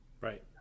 Right